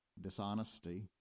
dishonesty